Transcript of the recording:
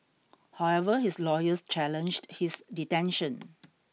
however his lawyers challenged his detention